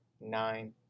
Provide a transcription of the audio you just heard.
nine